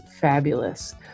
fabulous